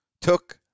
took